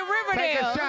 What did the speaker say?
Riverdale